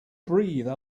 breathe